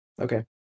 Okay